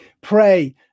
Pray